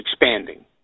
expanding